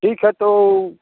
ठीक है तो